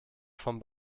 vom